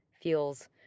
feels